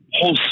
whole